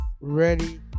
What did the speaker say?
ready